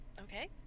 okay